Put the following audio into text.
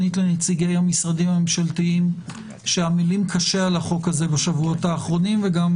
שנית לנציגי משרדי הממשלה שעמלים קשה על החוק הזה בשבועות האחרונים וגם